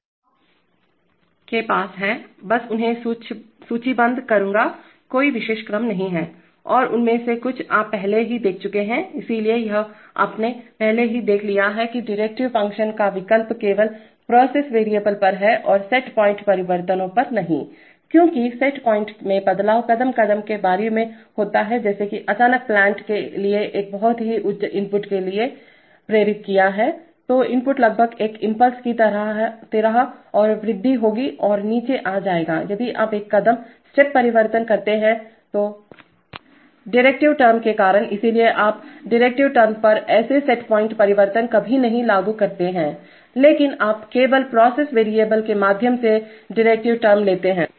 तो आपके पासमैं बस उन्हें सूचीबद्ध करूंगा कोई विशेष क्रम नहीं है और उनमें से कुछ आप पहले ही देख चुके हैं इसलिए यह आपने पहले ही देख लिया है कि डेरिवेटिव फंक्शन का विकल्प केवल प्रोसेस वेरिएबल पर है और सेट पॉइंट परिवर्तनों पर नहीं क्योंकि सेट पॉइंट में बदलाव कदम कदम के बारी में होता हैं जैसे की अचानकप्लांट के लिए एक बहुत ही उच्च इनपुट के लिए इन्दुस प्रेरित किया है तो इनपुट लगभग एक इंपल्स की तरह और वृद्धि होगी और नीचे आ जाएगा यदि आप एक कदमस्टेप परिवर्तन करते हैं व्युत्पन्न शब्दडेरिवेटिव टर्म के कारण इसलिए आप व्युत्पन्न शब्द डेरिवेटिव टर्मपर ऐसे सेट पॉइंट परिवर्तन कभी नहीं लागू करते हैं लेकिन आप केवल प्रोसेस वेरिएबल के माध्यम से व्युत्पन्न शब्द डेरिवेटिव टर्मलेते हैं